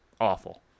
awful